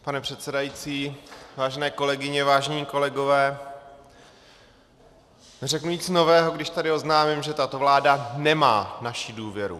Pane předsedající, vážené kolegyně, vážení kolegové, neřeknu nic nového, když tady oznámím, že tato vláda nemá naši důvěru.